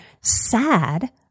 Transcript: sad